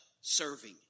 serving